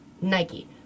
Nike